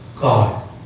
God